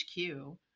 HQ